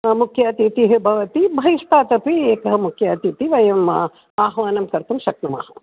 मुख्य अतिथिः भवति बहिस्तात् अपि एकः मुख्य अतिथिः वयम् आह्वानं कर्तुं शक्नुमः